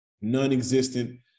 nonexistent